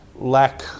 lack